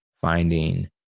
finding